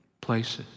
places